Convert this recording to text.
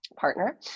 partner